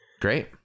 Great